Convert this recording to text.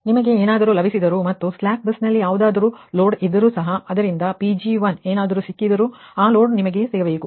ನಿಮಗೆ ಏನಾದರು ಲಭಿಸಿದರೂ ಮತ್ತು ಸ್ಯ್ಲಾಕ್ ಬಸ್ ನಲ್ಲಿ ಯಾವುದಾದರು ಲೋಡ್ಇದ್ದರೂ ಸಹ ಅದರಿಂದ PG1 ಏನಾದರೂ ಸಿಕ್ಕಿದರೂ ಆ ಲೋಡ್ ಕೂಡ ನಿಮಗೆ ಸಿಗಬೇಕು